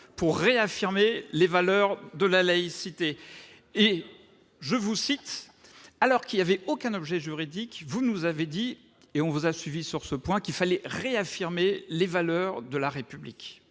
pour réaffirmer les valeurs de la laïcité et je vous cite, alors qu'il y avait aucun objet juridique, vous nous avez dit et on vous a suivi sur ce point qu'il fallait réaffirmer les valeurs de la République,